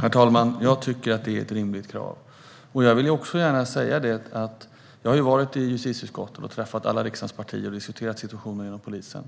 Herr talman! Jag tycker att det är ett rimligt krav. Jag har besökt justitieutskottet och träffat alla riksdagens partier och diskuterat situationen inom polisen.